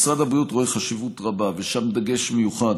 משרד הבריאות רואה חשיבות רבה ושם דגש מיוחד